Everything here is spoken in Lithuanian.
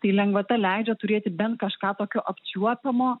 tai lengvata leidžia turėti bent kažką tokio apčiuopiamo